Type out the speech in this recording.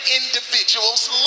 individual's